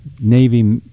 Navy